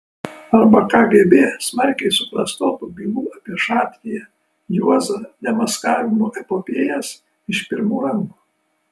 arba kgb smarkiai suklastotų bylų apie šatriją juozą demaskavimų epopėjas iš pirmų rankų